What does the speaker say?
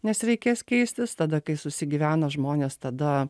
nes reikės keistis tada kai susigyvena žmonės tada